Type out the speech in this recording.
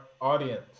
audience